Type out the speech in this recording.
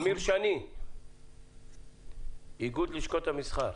אמיר שני מאיגוד לשכות המסחר.